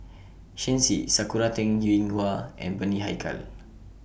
Shen Xi Sakura Teng Ying Hua and Bani Haykal